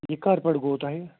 یہِ کَر پٮ۪تھ گوٚو تۄہہِ